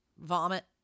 vomit